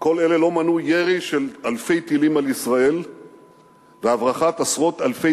כל אלה לא מנעו ירי של אלפי טילים על ישראל והברחת עשרות אלפי